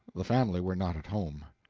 the family were not at home.